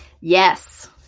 Yes